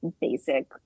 basic